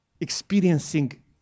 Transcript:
experiencing